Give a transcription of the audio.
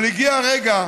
אבל הגיע הרגע,